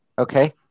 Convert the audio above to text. Okay